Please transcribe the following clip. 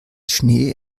schnee